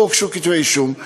לא הוגשו כתבי אישום.